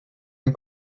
den